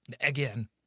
again